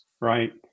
right